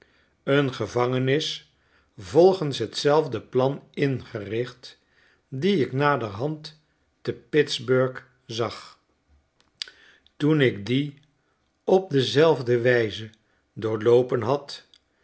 een gevangenis volgens t zelfde plan ingericht die ik naderhand te pittsburgh zag toen ik die op dezelfde wijze doorloopen had